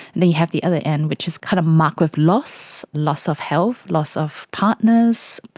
then you have the other end which is kind of marked with loss, loss of health, loss of partners,